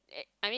eh I mean